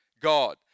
God